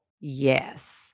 Yes